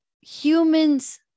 humans